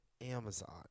Amazon